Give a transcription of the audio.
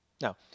Now